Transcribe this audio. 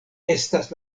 estas